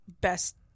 Best